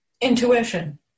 Intuition